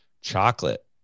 chocolate